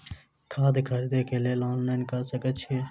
खाद खरीदे केँ लेल ऑनलाइन कऽ सकय छीयै?